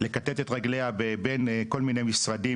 לכתת את רגליה בין כל מיני משרדים,